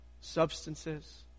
substances